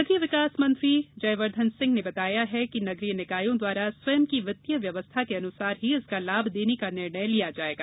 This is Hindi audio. नगरीय विकास मंत्री जयवर्धन सिंह ने बताया है कि नगरीय निकायों द्वारा स्वयं की वित्तीय व्यवस्था के अनुसार ही इसका लाभ देने का निर्णय लिया जायेगा